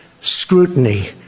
scrutiny